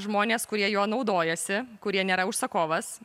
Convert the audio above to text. žmonės kurie juo naudojasi kurie nėra užsakovas